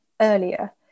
earlier